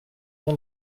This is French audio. rien